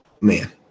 man